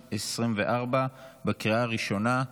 בקריאה הראשונה.